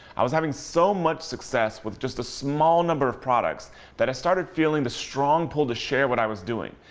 i was having so much success with just a small number of products that i started feeling the strong pull to share what i was doing.